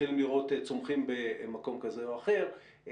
מתחילים לראות צומחים במקום כזה או אחר,